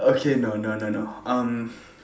okay no no no no um